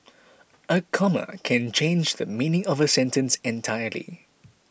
a comma can change the meaning of a sentence entirely